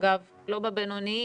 לא בבינוניים,